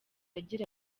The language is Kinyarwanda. agira